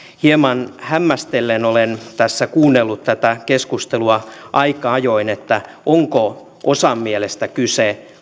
hieman hämmästellen olen tässä kuunnellut tätä keskustelua aika ajoin onko osan mielestä kyse